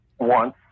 One